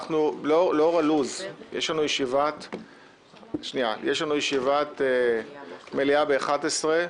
יש לנו ישיבת מליאה בשעה 11:00,